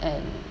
and